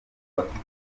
bafite